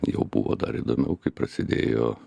jau buvo dar įdomiau kai prasidėjo